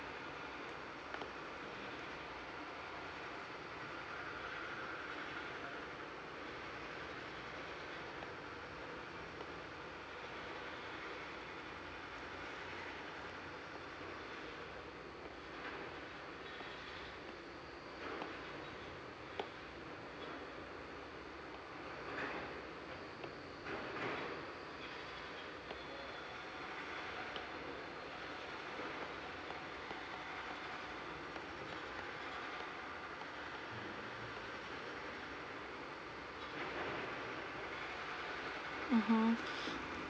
mmhmm